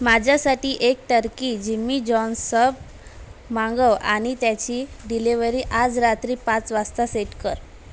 माझ्यासाठी एक turkey Jimmy John's sub मागव आणि त्याची डिलिव्हरी आज रात्री पाच वाजता सेट कर